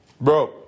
Bro